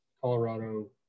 Colorado